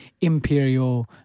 imperial